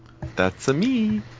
That's-a-me